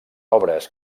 obres